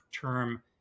term